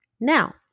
Now